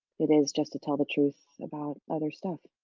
it is just to tell the truth about other stuff.